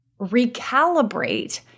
recalibrate